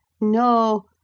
No